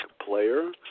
player